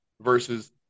versus